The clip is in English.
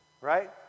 Right